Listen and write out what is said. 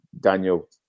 Daniel